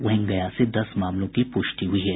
वहीं गया से दस मामलों की पुष्टि हुई है